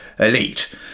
elite